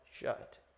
shut